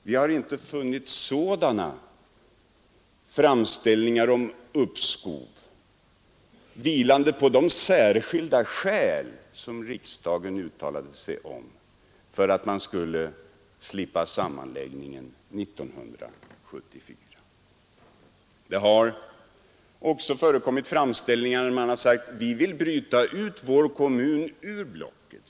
Vi har inte funnit att sådana framställningar om uppskov vilar på de särskilda skäl som riksdagen uttalade skulle föreligga för att man skulle slippa sammanläggningen 1974. Det har också förekommit framställningar med motiveringen: Vi vill bryta ut vår kommun ur blocket.